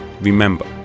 Remember